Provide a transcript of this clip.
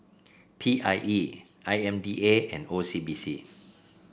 P I E I M D A and O C B C